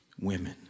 women